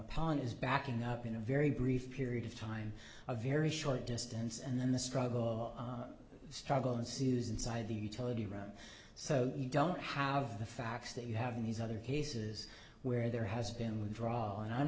upon is backing up in a very brief period of time a very short distance and then the struggle of struggle ensues inside the utility room so you don't have the facts that you have in these other cases where there has been withdrawal and i'm